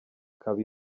ikaba